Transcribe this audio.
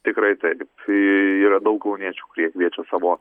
tikrai taip iii yra daug kauniečių kurie kviečia savo